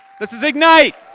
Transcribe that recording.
this is ignite!